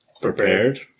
prepared